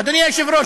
אדוני היושב-ראש,